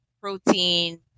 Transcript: protein